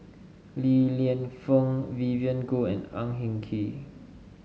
Li Lienfung Vivien Goh and Ang Hin Kee